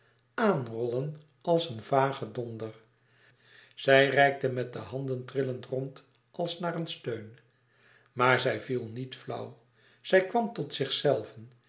àanrollen als een vage donder zij reikte met de handen trillend rond als naar een steun maar zij viel niet flauw zij kwam tot zichzelve